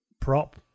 prop